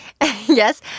Yes